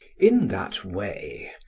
in that way,